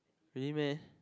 really meh